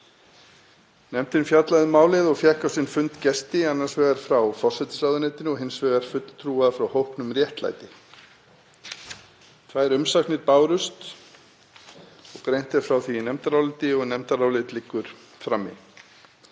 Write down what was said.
Nefndin fjallaði um málið og fékk á sinn fund gesti, annars vegar frá forsætisráðuneytinu og hins vegar fulltrúa frá hópnum Réttlæti. Tvær umsagnir bárust og er greint frá því í nefndaráliti og nefndarálit liggur frammi.